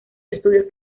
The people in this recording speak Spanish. estudios